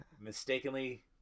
Mistakenly